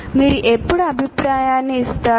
మీరు ఎప్పుడు అభిప్రాయాన్ని ఇస్తారు